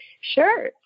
Sure